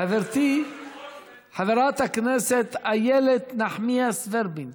חברתי חברת הכנסת איילת נחמיאס ורבין,